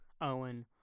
Owen